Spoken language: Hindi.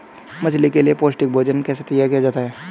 मछली के लिए पौष्टिक भोजन कैसे तैयार किया जाता है?